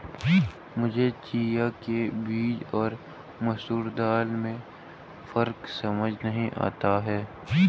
मुझे चिया के बीज और मसूर दाल में फ़र्क समझ नही आता है